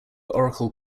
oracle